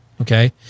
Okay